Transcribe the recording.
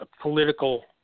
political